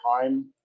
time